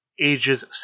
ages